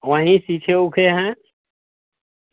वहीं सीखे उखे हैं